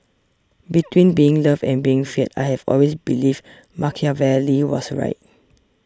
between being loved and being feared I have always believed Machiavelli was right